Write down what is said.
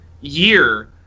year